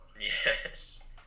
Yes